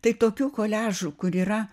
tai tokių koliažų kur yra